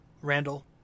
Randall